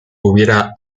hubiera